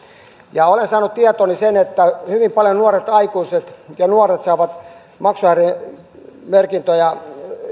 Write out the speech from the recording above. olen saanut tietooni sen että hyvin paljon nuoret aikuiset ja nuoret saavat maksuhäiriömerkintöjä